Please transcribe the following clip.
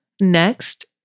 Next